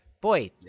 boy